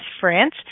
France